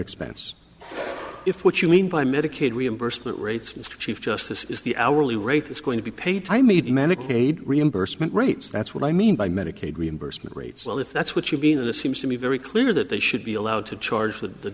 expense if what you mean by medicaid reimbursement rates mr chief justice is the hourly rate it's going to be paid to me to manage paid reimbursement rates that's what i mean by medicaid reimbursement rates well if that's what you're being a seems to me very clear that they should be allowed to charge with the